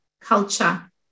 culture